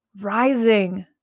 rising